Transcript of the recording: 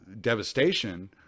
devastation